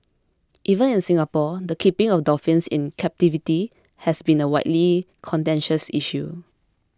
even in Singapore the keeping of dolphins in captivity has been a widely contentious issue